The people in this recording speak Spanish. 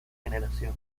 generación